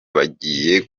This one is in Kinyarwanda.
bagiye